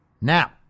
Now